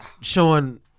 showing